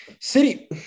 City